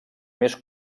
més